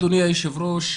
אדוני היושב-ראש,